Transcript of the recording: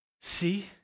See